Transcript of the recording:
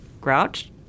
grouch